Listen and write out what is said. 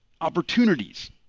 opportunities